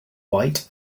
white